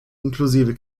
inklusive